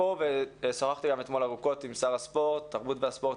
שוחחתי אתמול ארוכות עם שר התרבות והספורט,